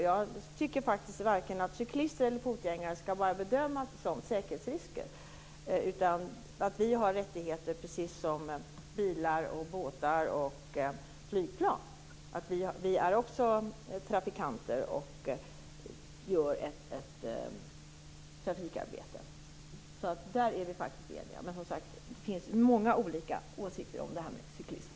Jag tycker faktiskt att varken cyklister eller fotgängare skall bedömas som säkerhetsrisker. De har rättigheter precis som bilar, båtar och flygplan. De är också trafikanter och gör ett trafikarbete. Där är vi eniga, men det finns många olika åsikter om cyklism.